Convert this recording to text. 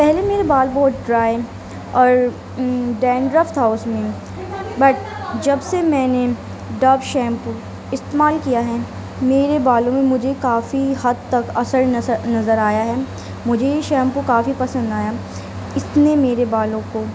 پہلے میرے بال بہت ڈرائی اور ڈینڈرف تھا اُس میں بٹ جب سے میں نے ڈب شیمپو استعمال کیا ہے میرے بالوں میں مجھے کافی حد تک اثر نظر نظر آیا ہے مجھے یہ شیمپو کافی پسند آیا اِس نے میرے بالوں کو